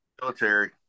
Military